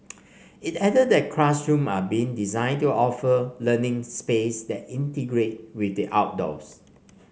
it added that classrooms are being designed to offer learning space that integrate with the outdoors